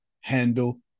handle